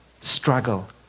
struggle